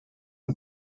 and